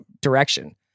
direction